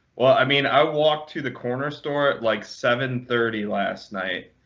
well, i mean, i walked to the corner store at like seven thirty last night,